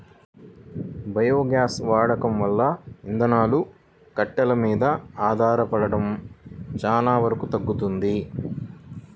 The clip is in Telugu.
బయోగ్యాస్ వాడకం వల్ల ఇంధనాలు, కట్టెలు మీద ఆధారపడటం చానా వరకు తగ్గుతది